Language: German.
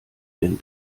denn